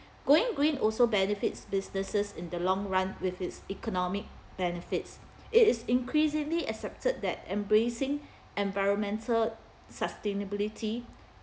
going green also benefits businesses in the long run with its economic benefits it is increasingly accepted that embracing environmental sustainability